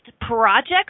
projects